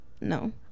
No